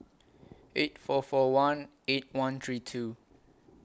eight four four one eight one three two